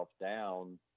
down